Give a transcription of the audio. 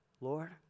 Lord